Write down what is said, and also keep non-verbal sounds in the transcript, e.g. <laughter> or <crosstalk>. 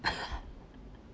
<laughs>